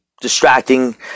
distracting